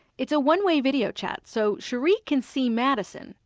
it's a one-way video chat, so sheree can see madison.